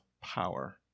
power